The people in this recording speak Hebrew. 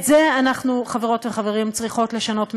את זה אנחנו, חברות וחברים, צריכות לשנות מהשורש.